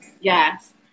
Yes